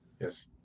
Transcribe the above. Yes